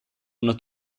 una